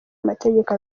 amategeko